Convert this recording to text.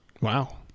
Wow